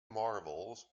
marvels